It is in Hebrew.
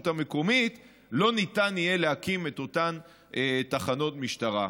המקומית לא ניתן יהיה להקים את אותן תחנות משטרה.